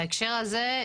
בהקשר הזה,